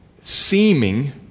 seeming